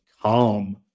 calm